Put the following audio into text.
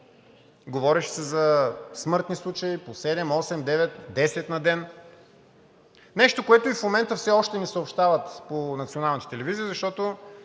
Говореше се за смъртни случаи – по 7, 8, 9, 10 на ден. Нещо, което и в момента все още ни съобщават по националните телевизии, защото